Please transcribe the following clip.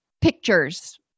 pictures